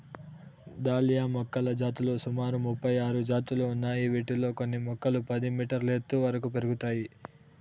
dahlia మొక్కల జాతులు సుమారు ముపై ఆరు జాతులు ఉన్నాయి, వీటిలో కొన్ని మొక్కలు పది మీటర్ల ఎత్తు వరకు పెరుగుతాయి